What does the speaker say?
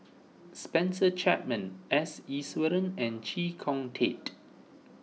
Spencer Chapman S Iswaran and Chee Kong Tet